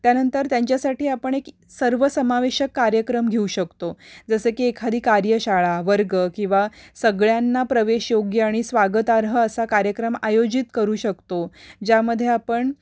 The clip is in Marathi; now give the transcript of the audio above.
त्यानंतर त्यांच्यासाठी आपण एक सर्वसमावेशक कार्यक्रम घेऊ शकतो जसं की एखादी कार्यशाळा वर्ग किंवा सगळ्यांना प्रवेश योग्य आणि स्वागतार्ह असा कार्यक्रम आयोजित करू शकतो ज्यामध्ये आपण